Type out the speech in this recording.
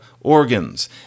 organs